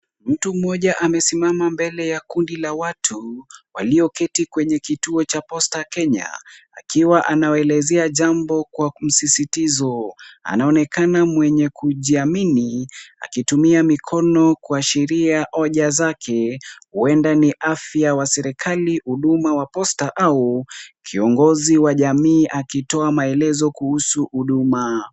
Mtu mmoja amesimama mbele ya kundi la watu walioketi kwenye kituo cha Posta Kenya akiwa anawaelezea jambo kwa msisitizo. Anaonekana mwenye kujiamini akitumia mikono kuashiria hoja zake, huenda ni afya wa serikali, huduma wa posta au kiongozi wa jamii akitoa maelezo kuhusu huduma.